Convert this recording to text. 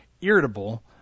irritable